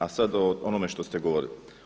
A sad o onome što ste govorili.